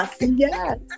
yes